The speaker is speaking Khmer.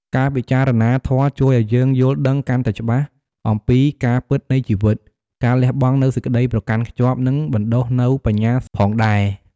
ការពិចារណាធម៌ជួយឱ្យយើងយល់ដឹងកាន់តែច្បាស់អំពីការពិតនៃជីវិត ការលះបង់នូវសេចក្តីប្រកាន់ខ្ជាប់ និងបណ្ដុះនូវបញ្ញាផងដែរ។